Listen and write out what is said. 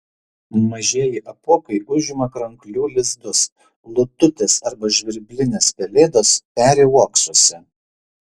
mažieji apuokai užima kranklių lizdus lututės arba žvirblinės pelėdos peri uoksuose